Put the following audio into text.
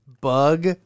bug